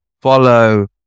follow